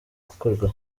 gukorwa